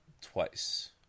twice